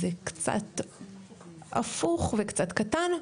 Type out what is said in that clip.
זה קצת הפוך וקצת קטן,